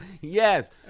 yes